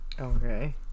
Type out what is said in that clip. okay